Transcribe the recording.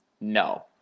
No